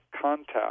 contact